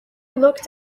looked